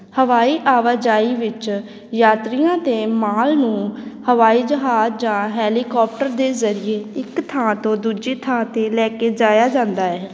ਹਵਾਈ ਆਵਾਜਾਈ ਵਿੱਚ ਯਾਤਰੀਆਂ ਅਤੇ ਮਾਲ ਨੂੰ ਹਵਾਈ ਜਹਾਜ਼ ਜਾਂ ਹੈਲੀਕੌਪਟਰ ਦੇ ਜ਼ਰੀਏ ਇੱਕ ਥਾਂ ਤੋਂ ਦੂਜੀ ਥਾਂ 'ਤੇ ਲੈ ਕੇ ਜਾਇਆ ਜਾਂਦਾ ਹੈ